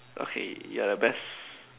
okay you're the best